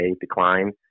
decline